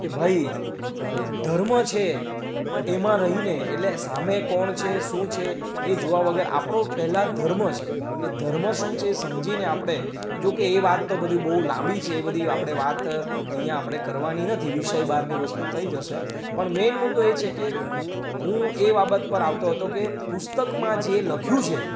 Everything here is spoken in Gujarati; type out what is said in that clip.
કે ભાઈ ધર્મ છે એટલે એમાં રહીને એટલે સામે કોણ છે શું છે એ જોવા વગર આપણો પહેલાં ધર્મ છે એ ધર્મ શું છે એ સમજીને આપણે જો કે વાત તો બધી બહુ લાંબી છે એ બધી આપણે વાત અહીંયા આપણે કરવાની નથી વિષય બહારની વસ્તુ થઈ જશે પણ મેન મુદ્દો એ છે કે હું એ બાબત પર આવતો હતો કે પુસ્તકમાં જે લખ્યું છે